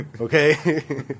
Okay